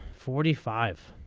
forty five.